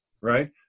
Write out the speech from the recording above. right